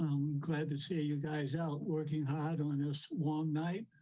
glad to see you guys out working hard on this one night.